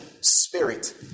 spirit